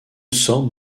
sorte